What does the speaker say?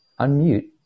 unmute